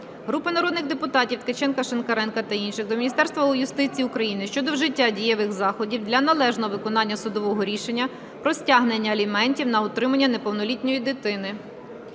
Групи народних депутатів (Ткаченка, Шинкаренка та інших) до Міністерства юстиції України щодо вжиття дієвих заходів для належного виконання судового рішення про стягнення аліментів на утримання неповнолітньої дитини.